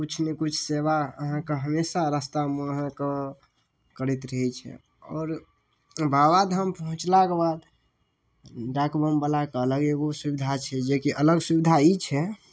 किछु नहि किछु सेवा अहाँके हमेशा रस्तामे अहाँके करैत रहै छै आओर बाबाधाम पहुँचलाके बाद डाकबमवलाके अलग एगो सुविधा छै जेकि अलग सुविधा ई छै